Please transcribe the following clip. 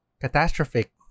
catastrophic